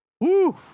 Woo